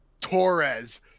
Torres